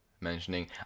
mentioning